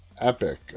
epic